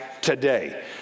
today